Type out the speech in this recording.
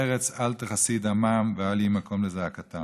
ארץ אל תכסי דמם ואל יהי מקום לזעקתם.